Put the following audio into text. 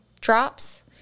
drops